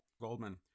Goldman